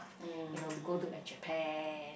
you know to go to like Japan